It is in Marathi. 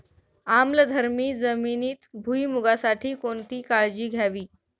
आम्लधर्मी जमिनीत भुईमूगासाठी कोणती काळजी घ्यावी?